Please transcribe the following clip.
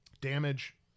damage